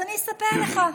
אז אני אספר לך: